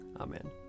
Amen